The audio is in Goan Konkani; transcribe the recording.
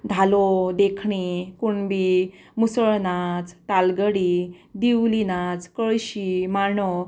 धालो देखणी कुणबी मुसळ नाच तालगडी दिवली नाच कळशी मांडो